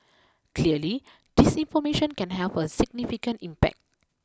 clearly disinformation can have a significant impact